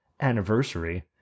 anniversary